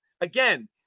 again